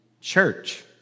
church